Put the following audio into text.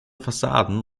fassaden